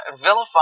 vilify